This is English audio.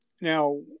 Now